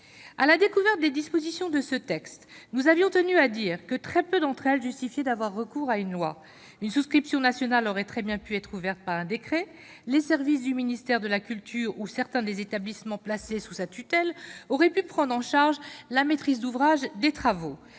! En découvrant le présent texte, nous avions tenu à le dire : très peu de ces dispositions justifient le recours à une loi. Une souscription nationale aurait très bien pu être ouverte par décret. Les services du ministère de la culture ou certains des établissements placés sous sa tutelle auraient pu prendre en charge la maîtrise d'ouvrage des travaux.